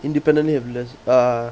independently of less uh